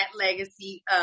legacy